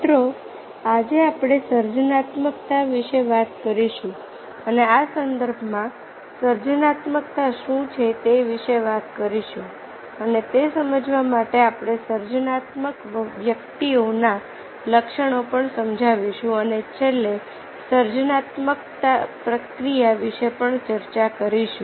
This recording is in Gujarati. મિત્રો આજે આપણે સર્જનાત્મકતા વિશે વાત કરીશું અને આ સંદર્ભમાં સર્જનાત્મકતા શું છે તે વિશે વાત કરીશું અને તે સમજાવવા માટે આપણે સર્જનાત્મક વ્યક્તિઓના લક્ષણો પણ સમજાવીશું અને છેલ્લે સર્જનાત્મક પ્રક્રિયા વિશે પણ ચર્ચા કરીશું